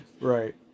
Right